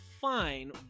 Fine